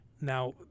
Now